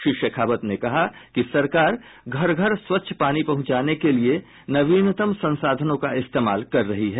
श्री शेखावत ने कहा कि सरकार घर घर स्वच्छ पानी पहुंचाने के लिए नवीनतम संसाधानों का इस्तेमाल कर रही है